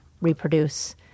reproduce